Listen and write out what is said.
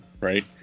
right